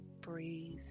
Breathe